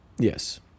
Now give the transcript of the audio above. yes